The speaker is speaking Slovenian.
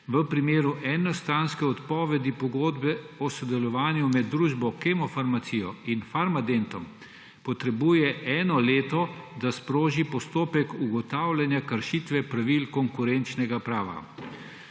v primeru enostranske odpovedi pogodbe o sodelovanju med družbo Kemofarmacija in Farmadentom potrebuje eno leto, da sproži postopek ugotavljanja kršitve pravil konkurenčnega prava.